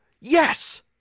Yes